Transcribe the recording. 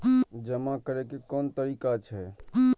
जमा करै के कोन तरीका छै?